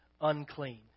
unclean